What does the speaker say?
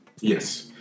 Yes